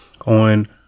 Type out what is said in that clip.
on